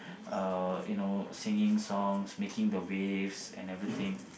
uh you know singing songs making the waves and everything